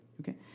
okay